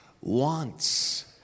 wants